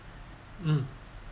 mm